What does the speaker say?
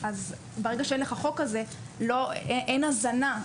ברגע שאין לך חוק כזה, אין הזנה.